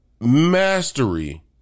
mastery